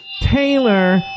Taylor